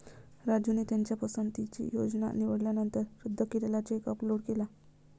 राजूने त्याच्या पसंतीची योजना निवडल्यानंतर रद्द केलेला चेक अपलोड केला